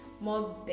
more